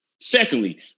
Secondly